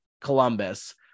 Columbus